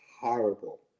horrible